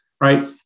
right